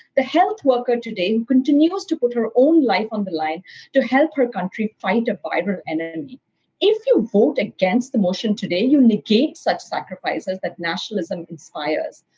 the health worker today who continues to put her own life on the line to help her country fight a viral enemy if you vote against the motion today, you negate such sacrifices that nationalism inspires.